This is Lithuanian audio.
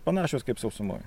panašios kaip sausumoj